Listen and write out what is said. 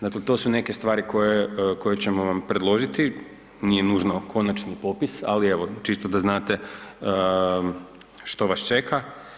Dakle, to su neke stvari koje, koje ćemo vam predložiti, nije nužno konačni popis, ali evo čisto da znate što vas čeka.